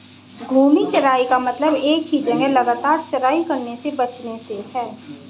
घूर्णी चराई का मतलब एक ही जगह लगातार चराई करने से बचने से है